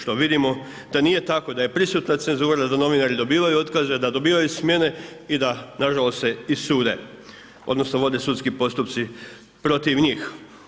Što vidimo da nije tako, da je prisutna cenzura, da novinari dobivaju otkaze, da dobivaju smjene i da nažalost se i sude, odnosno, vode sudski protiv njih.